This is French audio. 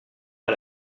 pas